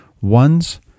one's